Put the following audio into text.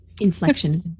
Inflection